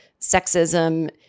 sexism